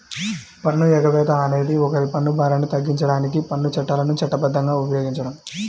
పన్ను ఎగవేత అనేది ఒకరి పన్ను భారాన్ని తగ్గించడానికి పన్ను చట్టాలను చట్టబద్ధంగా ఉపయోగించడం